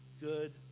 good